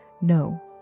no